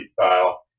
style